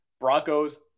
Broncos